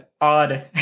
odd